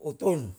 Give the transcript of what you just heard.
hutun.